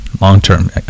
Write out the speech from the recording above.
long-term